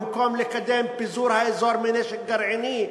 במקום לקדם את פירוז האזור מנשק גרעיני,